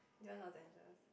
do you want lozenges